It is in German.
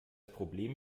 problem